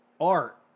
art